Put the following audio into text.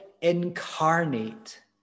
incarnate